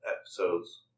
episodes